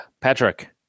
Patrick